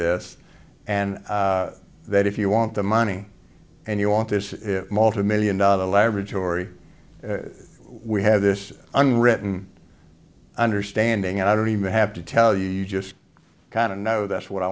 this and that if you want the money and you want this multimillion dollar laboratory we have this unwritten understanding and i don't even have to tell you you just kind of know that's what i